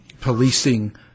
policing